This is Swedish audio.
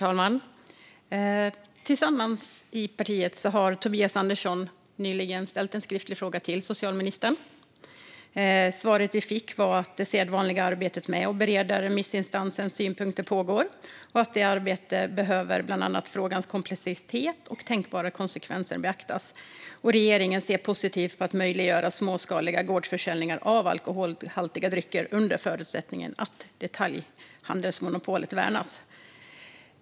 Herr talman! Tobias Andersson har nyligen ställt en skriftlig fråga till socialministern. Svaret vi fick var att det sedvanliga arbetet med att bereda remissinstansernas synpunkter pågår och att i arbetet behöver bland annat frågans komplexitet och tänkbara konsekvenser beaktas. Vidare såg regeringen positivt på att möjliggöra småskalig gårdsförsäljning av alkoholhaltiga drycker under förutsättning att detaljhandelsmonopolet värnas.